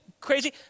crazy